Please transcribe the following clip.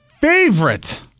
favorite